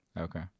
Okay